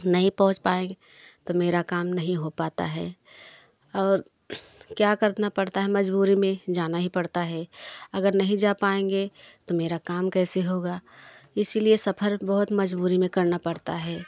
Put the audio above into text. नहीं पहुँच पाए तो मेरा काम नहीं हो पाता है और क्या करना पड़ता है मजबूरी में जाना ही पड़ता है अगर नहीं जा पाएंगे तो मेरा काम कैसे होगा इसीलिए सफर भी बहुत मजबूरी में करना पड़ता है